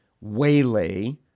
waylay